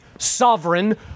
Sovereign